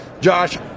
Josh